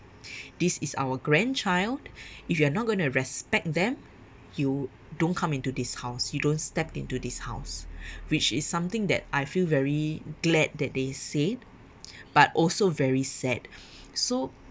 this is our grandchild if you are not gonna respect them you don't come into this house you don't step into this house which is something that I feel very glad that they said but also very sad so